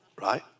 Right